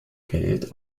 geld